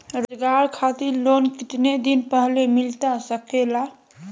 रोजगार खातिर लोन कितने दिन पहले मिलता सके ला?